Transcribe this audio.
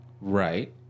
Right